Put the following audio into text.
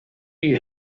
you